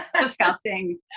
disgusting